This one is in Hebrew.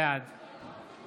בעד